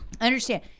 understand